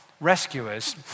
Rescuers